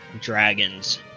dragons